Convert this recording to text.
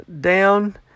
down